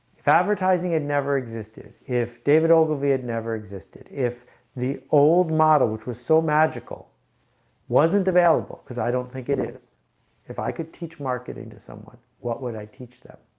if advertising had never existed if david ogilvy had never existed if the old model which was so magical wasn't available because i don't think it is if i could teach marketing to someone what would i teach them?